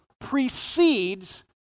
precedes